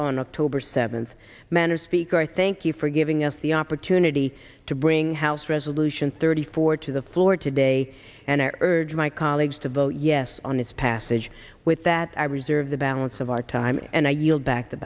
on october seventh man or speaker thank you for giving us the opportunity to bring house resolution thirty four to the floor today and i urge my colleagues to vote yes on this passage with that i reserve the balance of our time and i yield back the